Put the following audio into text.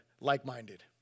like-minded